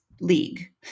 league